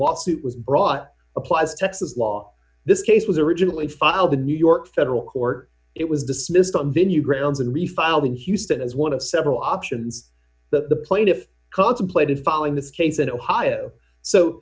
lawsuit was brought applies texas law this case was originally filed the new york federal court it was dismissed on venue grounds and we filed in houston as one of several options that the plaintiff contemplated following this case in ohio